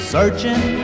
Searching